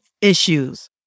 issues